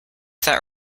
that